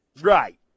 Right